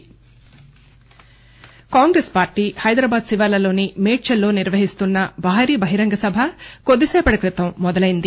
Medchal Congress party Hyderabad శివారుల్లోని మేడ్చల్లో నిర్వహిస్తున్న భారీ బహిరంగ సభ కొద్దిసేపటి క్రితం మొదలైంది